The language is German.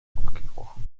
abgebrochen